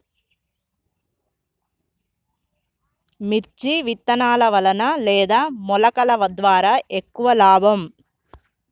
మిర్చి విత్తనాల వలన లేదా మొలకల ద్వారా ఎక్కువ లాభం?